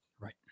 Right